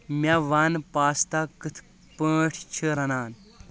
مےٚ ون پاستا کِتھ پٲٹھۍ چِھ رنان ؟